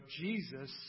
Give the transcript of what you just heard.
Jesus